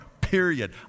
period